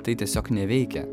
tai tiesiog neveikia